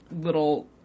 little